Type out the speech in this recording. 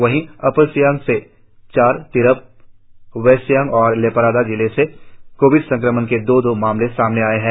वही अपर सियांग से चार तिरप वेस्ट सियांग और लेपारादा जिले से कोविड सक्रमण के दो दो नए मामले रिकार्ड किए गए है